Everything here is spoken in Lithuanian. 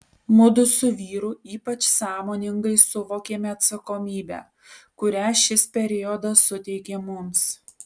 mudu su vyru ypač sąmoningai suvokėme atsakomybę kurią šis periodas suteikė mums